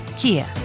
Kia